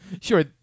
sure